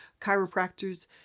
chiropractors